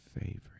favorite